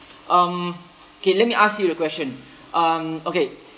um kay let me ask you the question um okay